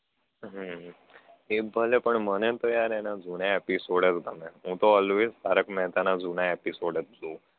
હમ્મ એમ ભલે પણ મને તો યાર એના જૂના એપિસોડ જ ગમે હું તો ઓલવેઝ તારક મહેતાના જૂના એપિસોડ જ જોઉં